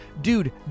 dude